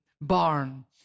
barn